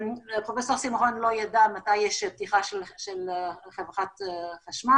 פרופ' שמחון לא ידע מתי יש פתיחה של חברת חשמל,